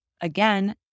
again